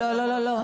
לא, לא.